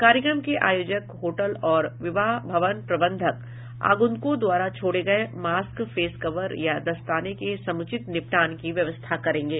कार्यक्रम के आयोजक होटल और विवाह भवन प्रबंधक आगंतुकों द्वारा छोडे गये मास्क फेस कवर या दस्ताने के समुचित निपटान की व्यवस्था करेंगे